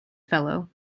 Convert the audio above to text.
fellow